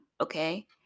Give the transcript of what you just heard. okay